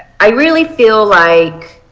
i really feel like